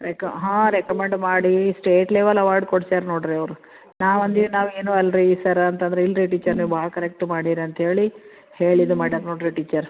ರೆಕ ಹಾಂ ರೆಕಮಂಡ್ ಮಾಡಿ state level award ಕೊಡ್ಸ್ಯಾರ ನೋಡಿ ರೀ ಅವರು ನಾವಂದ್ವಿ ನಾವು ಏನು ಅಲ್ರಿ ಸರ್ರ ಅಂತಂದ್ರೆ ಇಲ್ಲರಿ ಟೀಚರ್ ನೀವು ಭಾಳ ಕರೆಕ್ಟ್ ಮಾಡೀರಿ ಅಂಥೇಳಿ ಹೇಳಿ ಇದು ಮಾಡ್ಯಾರ ನೋಡಿರಿ ಟೀಚರ್